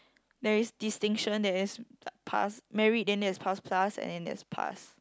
there is distinction there is pass merit then there is pass plus and then there is pass